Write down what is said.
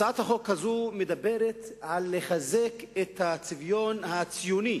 הצעת החוק הזאת מדברת על לחזק את הצביון הציוני,